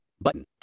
button